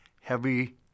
Heavy